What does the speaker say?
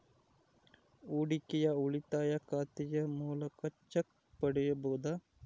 ಹೂಡಿಕೆಯ ಉಳಿತಾಯ ಖಾತೆಯ ಮೂಲಕ ಚೆಕ್ ಪಡೆಯಬಹುದಾ?